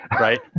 right